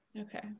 Okay